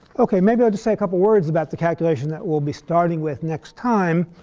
ok. maybe i'll just say a couple words about the calculation that we'll be starting with next time.